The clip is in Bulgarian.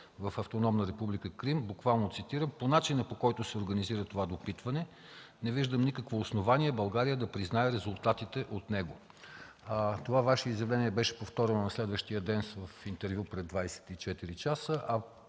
в Автономна република Крим, буквално цитирам: „По начина, по който се организира това допитване, не виждам никакво основание България да признае резултатите от него”. Това Ваше изявление беше повторено на следващия ден в интервю пред „24 часа”, а